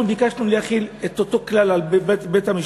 אנחנו ביקשנו להחיל את אותו כלל על בית-המשפט.